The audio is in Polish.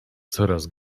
coraz